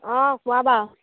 অঁ কোৱা বাৰু